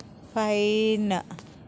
fine